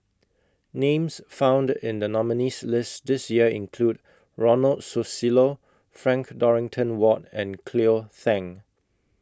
Names found in The nominees' list This Year include Ronald Susilo Frank Dorrington Ward and Cleo Thang